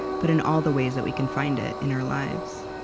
but in all the ways that we can find it in our lives